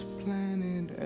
planet